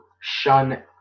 shun